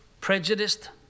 prejudiced